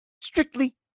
Strictly